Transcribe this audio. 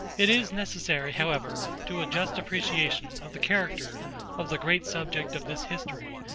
it is necessary, however, to a just appreciation of the character of the great subject of this history,